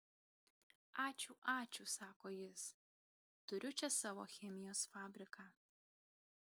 ačiū ačiū sako jis turiu čia savo chemijos fabriką